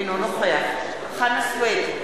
אינו נוכח חנא סוייד,